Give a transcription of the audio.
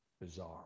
bizarre